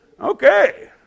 Okay